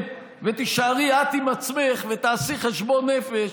ותישארי את עם עצמך ותעשי חשבון נפש,